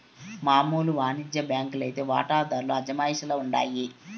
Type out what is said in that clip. మామూలు వానిజ్య బాంకీ లైతే వాటాదార్ల అజమాయిషీల ఉండాయి